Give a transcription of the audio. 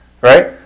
right